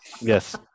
Yes